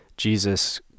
Jesus